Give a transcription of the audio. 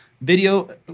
Video